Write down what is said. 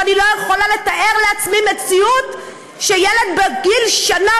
ואני לא יכולה לתאר לעצמי מציאות שילד שהגיל שלו שנה